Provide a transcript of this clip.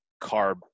carb